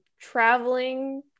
traveling